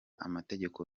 amategeko